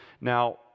Now